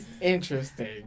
Interesting